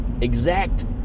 exact